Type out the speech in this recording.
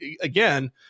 again